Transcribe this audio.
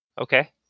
Okay